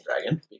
dragon